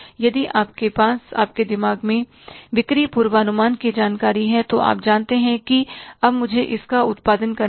यदि आपके पास आपके दिमाग में बिक्री पूर्वानुमान की जानकारी है तो आप जानते हैं कि अब मुझे इसका इतना उत्पादन करना है